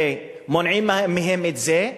ומונעים מהם את זה.